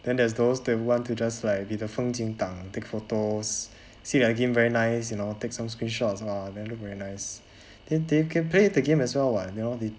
then there's those that want to just like be the 风景党 take photos see the game very nice you know take some screenshot orh then look very nice then they can play the game as well [what] you know they